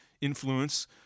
influence